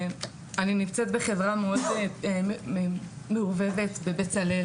אני נמצאת בחברה מאוד מעורבבת בבצלאל